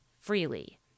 freely